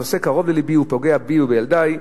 הנושא קרוב ללבי, הוא פוגע בי ובילדי.